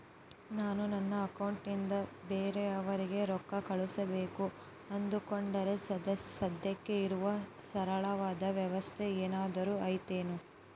ನಾನು ನನ್ನ ಅಕೌಂಟನಿಂದ ಬೇರೆಯವರಿಗೆ ರೊಕ್ಕ ಕಳುಸಬೇಕು ಅಂದುಕೊಂಡರೆ ಸದ್ಯಕ್ಕೆ ಇರುವ ಸರಳವಾದ ವ್ಯವಸ್ಥೆ ಏನಾದರೂ ಐತೇನು?